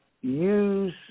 use